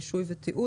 רישוי ותיעוד),